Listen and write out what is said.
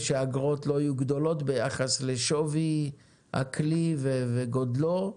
ושהאגרות לא יהיו גדולות ביחס לשווי הכלי וגודלו.